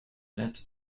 net